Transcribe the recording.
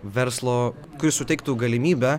verslo kuris suteiktų galimybę